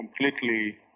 completely